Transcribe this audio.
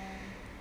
oh